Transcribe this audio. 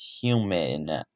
human